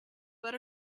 but